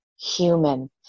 human